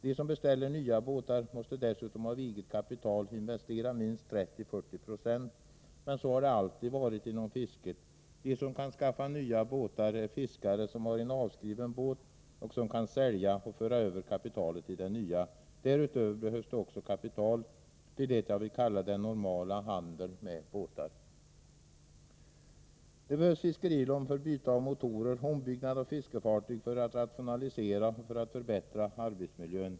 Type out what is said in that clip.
De som beställer nya båtar måste dessutom av eget kapital investera minst 30-40 96. Men så har det alltid varit inom fisket. De som kan skaffa nya båtar är fiskare som har en avskriven båt som de kan sälja och föra över kapitalet i den nya. Därutöver behövs det kapital till det jag vill kalla den normala handeln med båtar. Det behövs fiskerilån för byte av motorer, ombyggnad av fiskefartyg, för att rationalisera och för att förbättra arbetsmiljön.